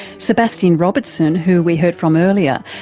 sebastien robertson, who we heard from earlier,